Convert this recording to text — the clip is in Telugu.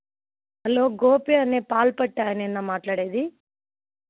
హలో గోపి అనే పాలుపెట్టే ఆయనేనా మాట్లాడేది